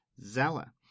Zeller